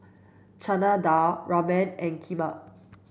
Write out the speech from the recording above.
Chana Dal Ramen and Kheema